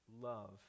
love